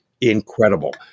incredible